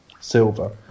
Silver